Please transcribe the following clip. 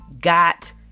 got